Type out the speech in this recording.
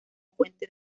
fuente